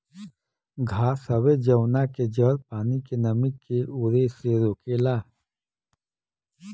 घास हवे जवना के जड़ पानी के नमी के उड़े से रोकेला